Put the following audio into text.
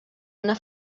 una